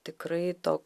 tikrai toks